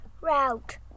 route